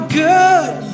good